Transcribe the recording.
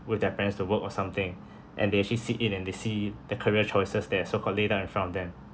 with their parents to work or something and they actually sit in and they see the career choices that are so-called lay down in front of them